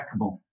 trackable